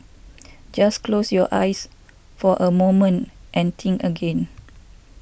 just close your eyes for a moment and think again